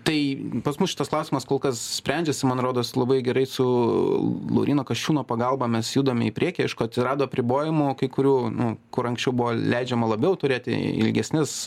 tai pas mus šitas klausimas kol kas sprendžiasi man rodos labai gerai su lauryno kasčiūno pagalba mes judame į priekį aišku atsirado apribojimų kai kurių nu kur anksčiau buvo leidžiama labiau turėti ilgesnes